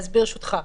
ברשותך,